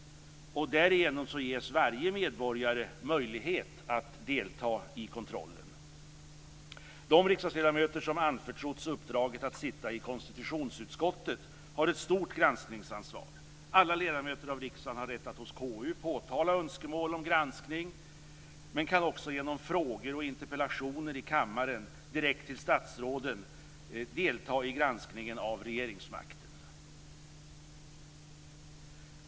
Därigenom ges varje medborgare möjlighet att delta i kontrollen. De riksdagsledamöter som anförtrotts uppdraget att sitta i konstitutionsutskottet har ett stort granskningsansvar. Alla ledamöter av riksdagen har rätt att hos KU påtala önskemål om granskning, men kan också genom frågor och interpellationer i kammaren direkt till statsråden delta i granskningen av regeringsmakten.